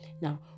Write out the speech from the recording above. now